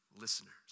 listeners